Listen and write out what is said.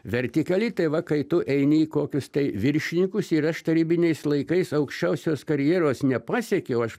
vertikali tai va kai tu eini į kokius tai viršinikus ir aš tarybiniais laikais aukščiausios karjeros nepasiekiau aš